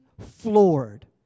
floored